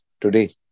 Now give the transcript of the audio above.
today